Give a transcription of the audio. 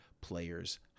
players